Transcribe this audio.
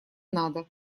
надо